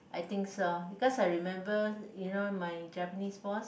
I think so because I remember you know my Japanese boss